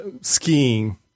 skiing